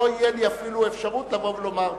לא תהיה לי אפילו אפשרות לבוא ולומר.